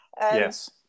Yes